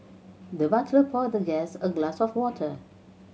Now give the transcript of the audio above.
the butler poured the guest a glass of water